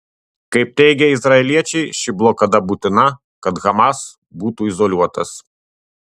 kaip teigia izraeliečiai ši blokada būtina kad hamas būtų izoliuotas